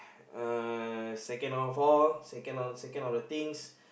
uh second of all second second of the things